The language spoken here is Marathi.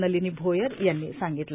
नलिनी भोयर यांनी सांगितलं